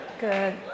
Good